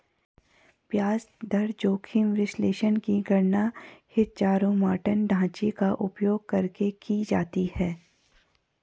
ब्याज दर जोखिम विश्लेषण की गणना हीथजारोमॉर्टन ढांचे का उपयोग करके की जाती है